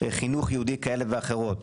חינוך יהודי כאלה ואחרות,